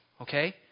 Okay